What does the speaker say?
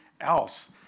else